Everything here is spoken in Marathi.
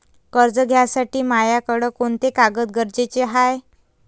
कर्ज घ्यासाठी मायाकडं कोंते कागद गरजेचे हाय?